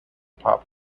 pop